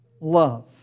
love